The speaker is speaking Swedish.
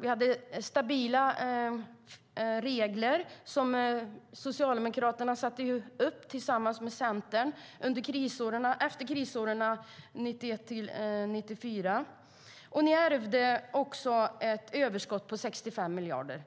Vi hade stabila regler som Socialdemokraterna tillsammans med Centern hade satt upp efter krisåren 1991-1994. Ni ärvde ett överskott på 65 miljarder.